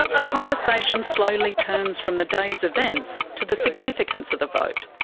ah the conversation slowly turns from the day's events, to the significance of the vote.